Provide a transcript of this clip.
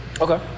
Okay